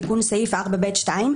תיקון סעיף 4(ב)(2),